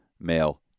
male